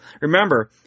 Remember